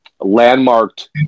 landmarked